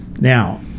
Now